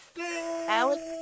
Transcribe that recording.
Alex